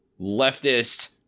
leftist